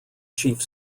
chief